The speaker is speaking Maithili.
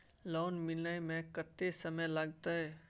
लोन मिले में कत्ते समय लागते?